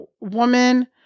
woman